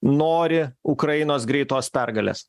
nori ukrainos greitos pergalės